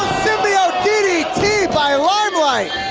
simbio ddt by limelight!